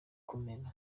kumera